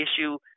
issue